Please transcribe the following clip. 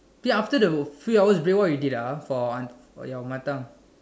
then after the few hours break what you did ah for ans~ for your mother tongue